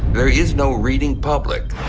there is no reading public.